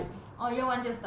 orh year one 就 start 了